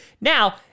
Now